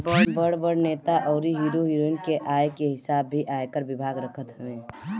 बड़ बड़ नेता अउरी हीरो हिरोइन के आय के हिसाब भी आयकर विभाग रखत हवे